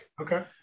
Okay